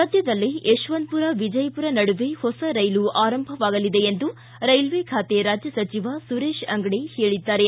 ಸದ್ದದಲ್ಲೇ ಯಶವಂತಪುರ ವಿಜಯಪುರ ನಡುವೆ ಹೊಸ ರೈಲು ಆರಂಭವಾಗಲಿದೆ ಎಂದು ರೈಲ್ವೆ ಖಾತೆ ರಾಜ್ಯ ಸಚಿವ ಸುರೇಶ್ ಅಂಗಡಿ ಹೇಳಿದ್ದಾರೆ